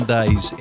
Days